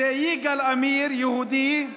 זה יגאל עמיר, יהודי,